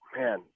man